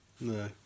No